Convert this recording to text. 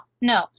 no